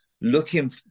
looking